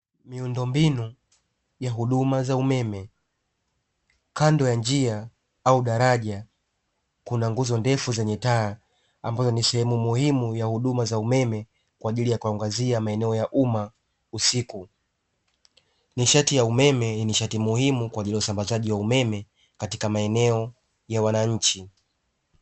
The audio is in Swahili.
Miundombinu ya huduma za umeme. Kando ya njia au daraja kuna nguzo ndefu zenye taa, ambayo ni sehemu muhimu ya huduma za umeme kwa ajili ya kuangazia maeneo ya uma usiku. Nishati ya umeme ni nishati muhimu, kwa ajili usambazaji wa umeme katika maeneo ya wananchi.